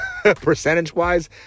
percentage-wise